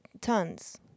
tons